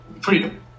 freedom